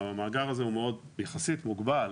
המאגר הזה הוא יחסית מוגבל,